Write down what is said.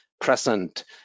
present